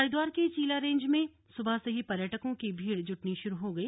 हरिद्वार के चीला रेंज में सुबह से ही पर्यटकों की भीड़ जुटनी शुरू हो गई